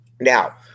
Now